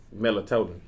melatonin